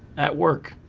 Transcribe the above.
at work.